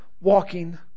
walking